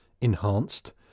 enhanced